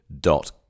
dot